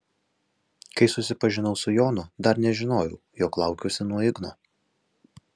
kai susipažinau su jonu dar nežinojau jog laukiuosi nuo igno